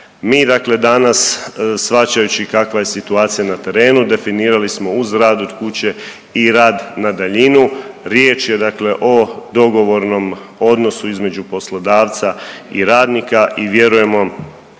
Mi dakle danas shvaćajući kakva je situacija na terenu definirali smo uz rad od kuće i rad na daljinu, riječ je dakle o dogovornom odnosu između poslodavca i radnika i vjerujemo